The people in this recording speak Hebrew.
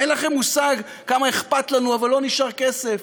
אין לכם מושג כמה אכפת לנו, אבל לא נשאר כסף,